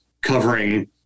covering